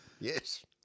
Yes